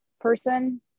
person